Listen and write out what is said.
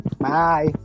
Bye